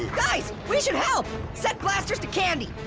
guys, we should help! set blasters to candy.